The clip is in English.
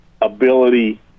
ability